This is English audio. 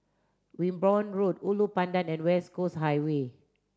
Wimborne Road Ulu Pandan and West Coast Highway